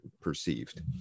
perceived